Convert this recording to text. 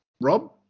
Rob